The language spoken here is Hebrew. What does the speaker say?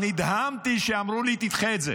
נדהמתי כשאמרו לי: תדחה את זה.